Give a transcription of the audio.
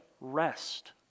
rest